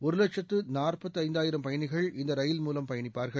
ஒரு வட்சத்து நாற்பத்து ஐந்தாயிரம் பயணிகள் இந்த ரயில் மூலம் பயணிப்பார்கள்